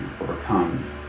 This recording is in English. overcome